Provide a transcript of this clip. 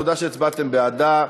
תודה שהצבעתם בעדה.